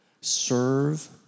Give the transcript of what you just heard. serve